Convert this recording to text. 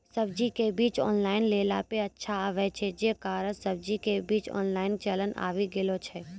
सब्जी के बीज ऑनलाइन लेला पे अच्छा आवे छै, जे कारण सब्जी के बीज ऑनलाइन चलन आवी गेलौ छै?